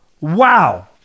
wow